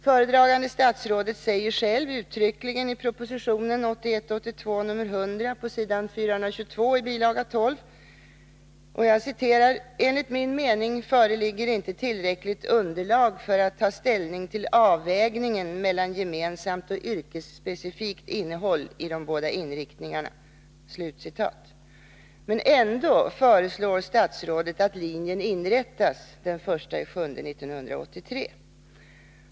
Föredragande statsrådet säger själv uttryckligen i proposition 1981/82:100 s. 422 i bilaga 12: ”Enligt min mening föreligger inte tillräckligt underlag för att ta ställning till avvägning mellan gemensamt och yrkesspecifikt innehåll i de båda inriktningarna.” Trots detta föreslår statsrådet att linjen inrättas den1 juli 1983.